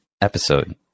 episode